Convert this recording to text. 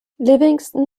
livingston